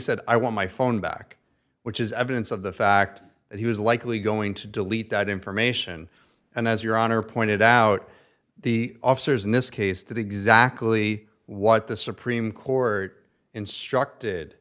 said i want my phone back which is evidence of the fact that he was likely going to delete that information and as your honor pointed out the officers in this case did exactly what the supreme court instructed